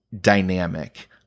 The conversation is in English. dynamic